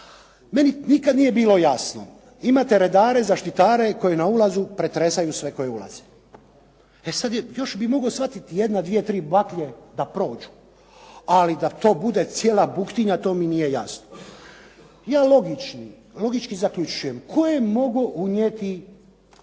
meni nikad nije bilo jasno, imate redare, zaštitare koji na ulazu pretresaju sve koji ulaze. E sad još bih mogao shvatiti jedna, dvije, tri baklje da prođu ali da to bude cijela buktinja to mi nije jasno. Ja logički zaključujem tko je mogao unijeti